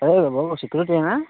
ఎవరు బాబు సెక్యూరిటీ ఏనా